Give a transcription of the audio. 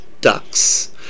ducks